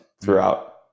throughout